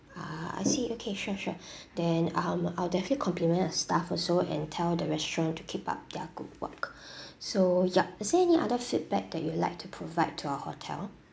ah I see okay sure sure then um I'll definitely compliment the staff also and tell the restaurant to keep up their good work so yup is there any other feedback that you like to provide to our hotel